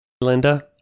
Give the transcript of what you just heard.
linda